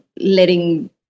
letting